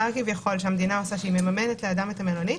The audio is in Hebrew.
כביכול שהמדינה מממנת לאדם את המלונית,